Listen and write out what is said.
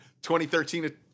2013